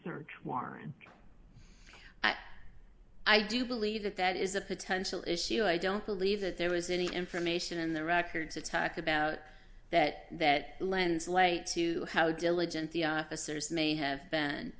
search warrant i do believe that that is a potential issue i don't believe that there was any information in the record to talk about that that lends late to how diligent the officers may have been